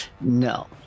no